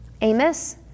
Amos